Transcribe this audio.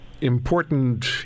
important